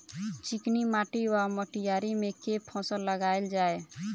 चिकनी माटि वा मटीयारी मे केँ फसल लगाएल जाए?